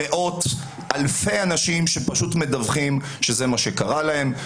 מאות אלפי אנשים שפשוט מדווחים שזה מה שקרה להם.